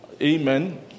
amen